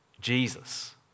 Jesus